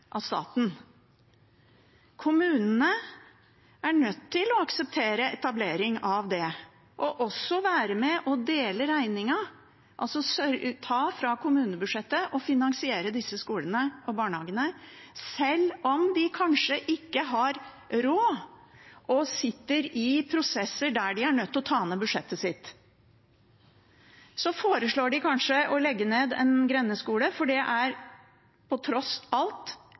Kommunene er nødt til å akseptere etablering av det og er også nødt til å være med og dele regningen – altså ta fra kommunebudsjettet og finansiere disse skolene og barnehagene, sjøl om de kanskje ikke har råd og sitter i prosesser der de er nødt til å ta ned budsjettet sitt. Så foreslår de kanskje å legge ned en grendeskole, for det er tross alt